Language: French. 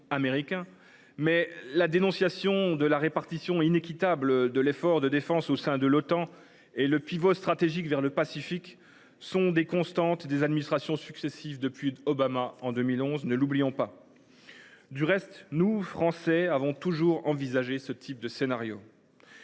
américain. Cependant, la dénonciation de la répartition inéquitable de l’effort de défense au sein de l’Otan et le pivot stratégique vers le Pacifique sont des constantes des administrations successives depuis la présidence d’Obama en 2011. Reste que nous, Français, avons toujours envisagé ce type de scénario.